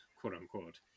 quote-unquote